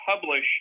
publish